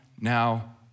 now